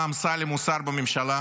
למה אסמלם הוא שר בממשלה?